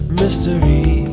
mystery